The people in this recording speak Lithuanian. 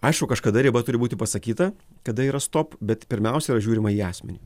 aišku kažkada riba turi būti pasakyta kada yra stop bet pirmiausia žiūrima į asmenį